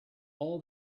all